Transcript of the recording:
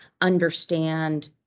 understand